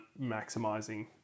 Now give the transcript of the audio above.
maximizing